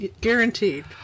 Guaranteed